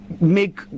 make